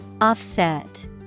Offset